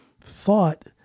thought